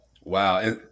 Wow